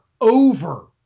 over